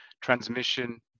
transmission